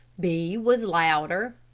b was louder.